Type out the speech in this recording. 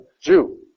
Jew